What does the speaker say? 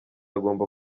agomba